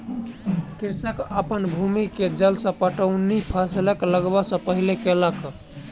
कृषक अपन भूमि के जल सॅ पटौनी फसिल लगबअ सॅ पहिने केलक